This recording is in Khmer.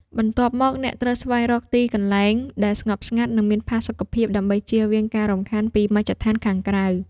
បន្ទាប់មក អ្នកត្រូវស្វែងរកទីកន្លែងដែលស្ងប់ស្ងាត់ និងមានផាសុកភាព ដើម្បីជៀសវាងការរំខានពីមជ្ឈដ្ឋានខាងក្រៅ។